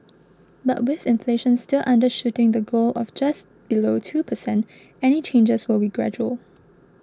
but with inflation still undershooting the goal of just below two per cent any changes will be gradual